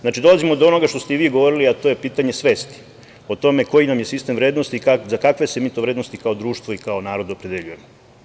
Znači, dolazimo do onoga što ste i vi govorili, a to je pitanje svesti o tome koji nam je sistem vrednosti, za kakve se mi to vrednosti kao društvo i kao narod opredeljujemo.